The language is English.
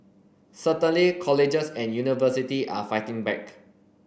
certainly colleges and university are fighting back